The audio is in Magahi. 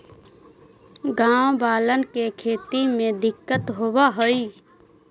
गाँव वालन के खेती में दिक्कत होवऽ हई